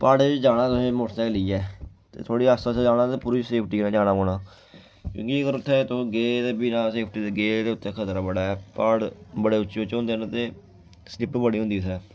प्हाड़ें च जाना तुसें मोटरसैकल लेइयै ते थोह्ड़ी आस्ता आस्ता जाना ते पूरी सेफ्टी कन्नै जाना पौना क्योंकि अगर उत्थै तुस गे ते बिना सेफ्टी ते गे ते उत्थै खतरा बड़ा ऐ प्हाड़ बड़े उच्चे उच्चे होंदे न ते स्लिप बड़ी होंदी उत्थै